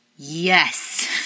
Yes